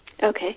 Okay